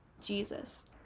Jesus